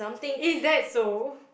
is that so